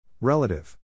Relative